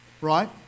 right